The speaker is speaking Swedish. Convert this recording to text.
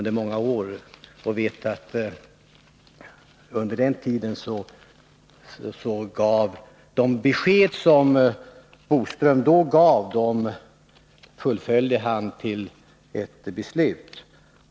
De besked som denne Curt Boström då gav, vet jag att han fullföljde till beslut.